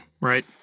right